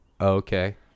Okay